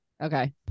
Okay